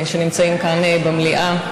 שנמצאים כאן במליאה,